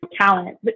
talent